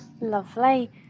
lovely